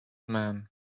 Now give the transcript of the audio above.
man